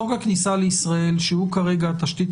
חוק הכניסה לישראל שהוא כרגע התשתית